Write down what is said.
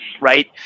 right